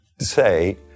say